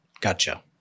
Gotcha